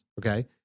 okay